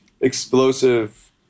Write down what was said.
explosive